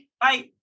bye